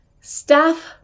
staff